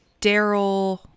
Daryl